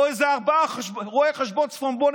או איזה ארבעה רואי חשבון צפונבונים